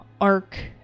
arc